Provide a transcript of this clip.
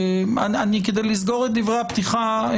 כדי לסגור את דברי הפתיחה,